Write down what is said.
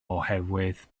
oherwydd